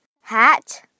hat